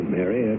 Mary